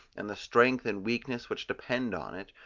and the strength and weakness which depend on it,